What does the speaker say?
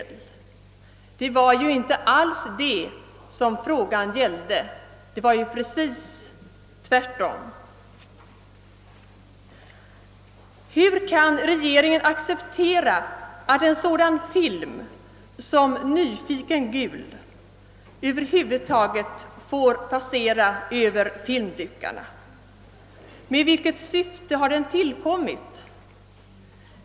Det var ju inte alls det som frågan gällde, det var precis tvärtom. Hur kan regeringen acceptera att en sådan film som »Nyfiken — gul» över huvud taget får passera över filmdukarna? I vilket syfte har den tillkommit?